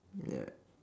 ya